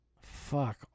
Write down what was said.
Fuck